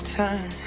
time